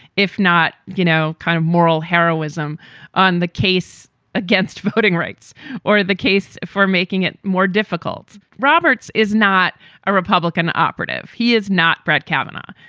if not, you know, kind of moral heroism on the case against voting rights or the case for making it more difficult. roberts is not a republican operative. he is not brad cavenagh.